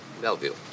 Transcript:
Bellevue